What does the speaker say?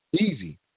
easy